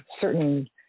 certain